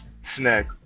snack